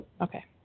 okay